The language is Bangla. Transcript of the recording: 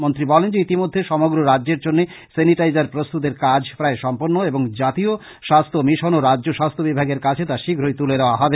মন্ত্রী বলেন যে ইতিমধ্যে সমগ্র রাজ্যের জন্য সেনিটাইজার প্রস্তুতের কাজ প্রায় সম্পন্ন এবং জাতীয় স্বাস্থ্য মিশন ও রাজ্য স্বাস্থ্য বিভাগের কাছে তা শীঘ্রই তুলে দেওয়া হবে